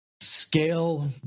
scale